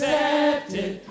Accepted